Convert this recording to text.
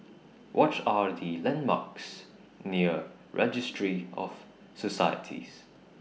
What Are The landmarks near Registry of Societies